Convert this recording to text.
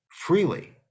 freely